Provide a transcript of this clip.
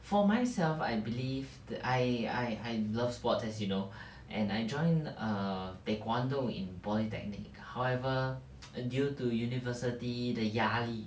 for myself I believe that I I I love sports as you know and I join a taekwondo in polytechnic however due to university 的压力